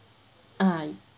uh